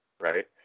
right